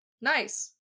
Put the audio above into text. Nice